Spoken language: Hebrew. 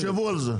תחשבו על זה.